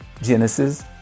Genesis